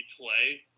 play